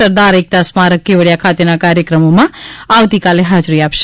સરદાર એકતા સ્મારક કેવડીયા ખાતેના કાર્યક્રમોમાં આવતીકાલે હાજરી આપશે